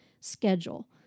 schedule